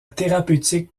thérapeutique